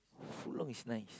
foot long is nice